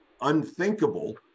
unthinkable